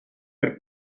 per